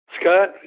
scott